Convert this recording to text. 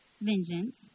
vengeance